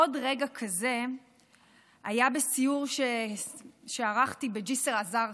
עוד רגע כזה היה בסיור שערכתי בג'יסר א-זרקא,